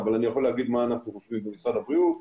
אבל אני יכול להגיד מה אנחנו במשרד הבריאות חושבים,